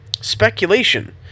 speculation